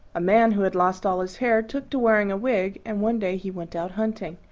a man who had lost all his hair took to wearing a wig, and one day he went out hunting.